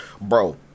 bro